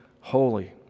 holy